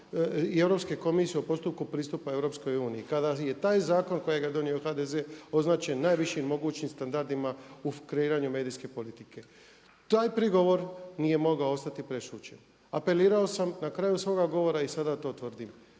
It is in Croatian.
i Europske komisije u postupku pristupa Europskoj uniji. Kada je taj zakon kojega je donio HDZ označen najvišim mogućim standardima u kreiranju medijske politike. Taj prigovor nije mogao ostati prešućen. Apelirao sam na kraju svoga govora i sada to tvrdim,